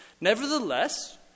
Nevertheless